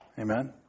Amen